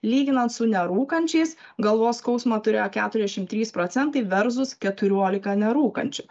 lyginant su nerūkančiais galvos skausmą turėjo keturiasdešimt trys procentai versus keturiolika nerūkančių